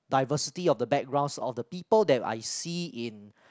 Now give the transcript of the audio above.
diversity of the background of the people that I see in